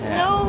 no